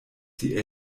die